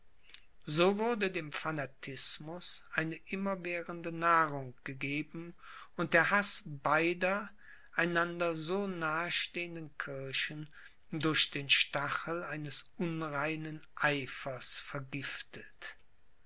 so wurde dem fanatismus eine immerwährende nahrung gegeben und der haß beider einander so nahestehenden kirchen durch den stachel ihres unreinen eifers vergiftet